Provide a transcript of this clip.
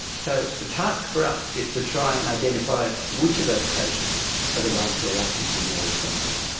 so the task for us is to try and identify which of those patients are the ones who are likely to be more responsive.